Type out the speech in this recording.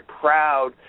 proud